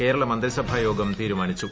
കേരള മന്ത്രിസഭായോഗം തീരുമാനിച്ചു